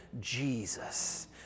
Jesus